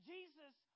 Jesus